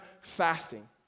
fasting